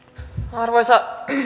arvoisa